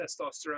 testosterone